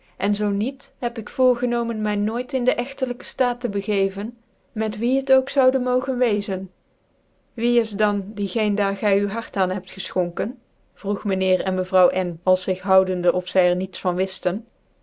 cn zoo niet heb ik voorgenomen mv nooit in den echten ftaat te begcevcn met wien het ook zoude mogen wezen wie is dan die qcen daar gy u hart aan hebt gcichonkcn vroeg myn heer en mevrouw n als zig houdende of zy'cr niets van wiftcn